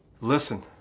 listen